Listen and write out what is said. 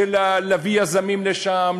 של להביא יזמים לשם,